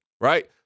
right